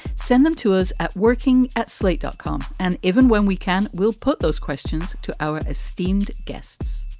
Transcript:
send them to us at working at slate dot com. and even when we can, we'll put those questions to our esteemed guests